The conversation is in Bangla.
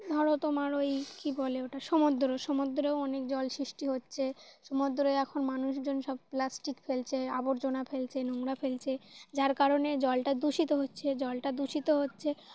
ধরো তোমার ওই কী বলে ওটা সমুদ্র সমুদ্রেও অনেক জল সৃষ্টি হচ্ছে সমুদ্রে এখন মানুষজন সব প্লাস্টিক ফেলছে আবর্জনা ফেলছে নোংরা ফেলছে যার কারণে জলটা দূষিত হচ্ছে জলটা দূষিত হচ্ছে